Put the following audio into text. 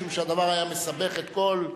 משום שהדבר היה מסבך את כל,